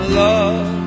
love